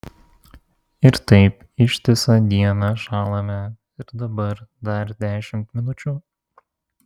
ir taip ištisą dieną šąlame ir dabar dar dešimt minučių